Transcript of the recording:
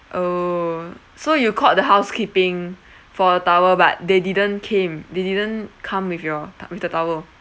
oh so you called the housekeeping for a towel but they didn't came they didn't come with your to~ with the towel